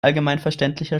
allgemeinverständlicher